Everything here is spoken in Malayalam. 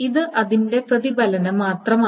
ഇത് അതിന്റെ പ്രതിഫലനം മാത്രമാണ്